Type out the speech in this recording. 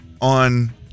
on